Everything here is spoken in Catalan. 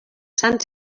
sants